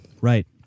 Right